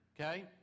Okay